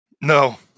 No